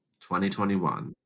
2021